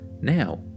now